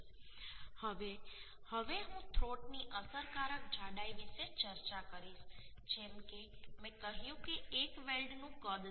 હવે હું આવીશ હવે હું થ્રોટ ની અસરકારક જાડાઈ વિશે ચર્ચા કરીશ જેમ કે મેં કહ્યું કે એક વેલ્ડનું કદ છે